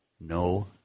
No